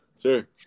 sure